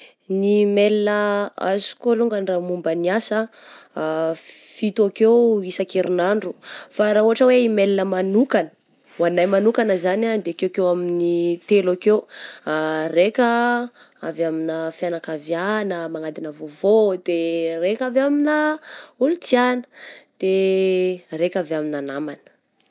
Ny mail azoko alongany raha momban'ny asa ah, fito akeo isan-kerinandro, fa raha ohatra hoe i mail manokana ho anahy manokana zany ah de kekeo amin'ny telo akeo, raika avy amigna fianakaviagna manadina vôvô, de raika avy amigna olo-tiagna, de raika avy amigna namana.